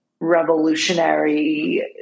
revolutionary